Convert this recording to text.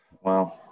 Wow